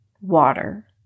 water